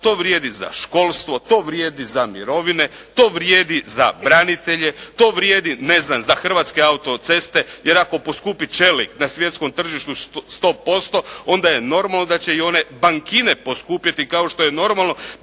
to vrijedi za školstvo, to vrijedi za mirovine, to vrijedi za branitelje, to vrijedi za Hrvatske Autoceste jer ako poskupi čelik na svjetskom tržištu 100%, onda je normalno da će i one bankine poskupiti kao što je normalno